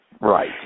right